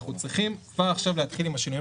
אנחנו צריכים כבר עכשיו להתחיל עם השינויים